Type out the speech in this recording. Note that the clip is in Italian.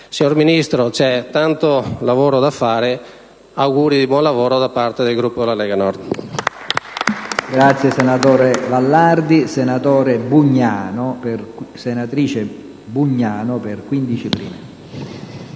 Signor Ministro, c'è tanto lavoro da fare. Auguri di buon lavoro da parte del Gruppo Lega Nord.